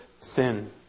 sin